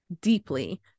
deeply